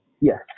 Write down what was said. Yes